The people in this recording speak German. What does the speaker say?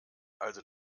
also